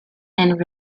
and